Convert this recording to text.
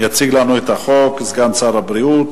יציג לנו את החוק סגן שר הבריאות,